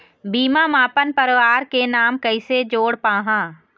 बीमा म अपन परवार के नाम कैसे जोड़ पाहां?